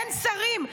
אין שרים.